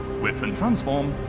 within transform,